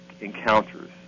encounters